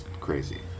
crazy